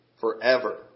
forever